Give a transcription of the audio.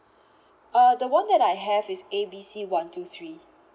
uh the one that I have is A B C one two three